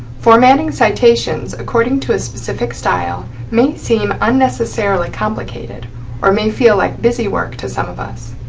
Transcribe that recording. formatting citations according to a specific style may seem unnecessarily complicated or may feel like busy work to some of us.